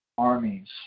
armies